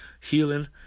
healing